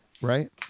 right